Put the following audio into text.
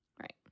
Right